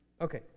Okay